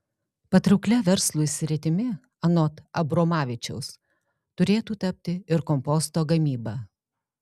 patrauklia verslui sritimi anot abromavičiaus turėtų tapti ir komposto gamyba